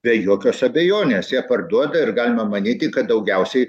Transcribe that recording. be jokios abejonės jie parduoda ir galima manyti kad daugiausiai